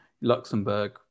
luxembourg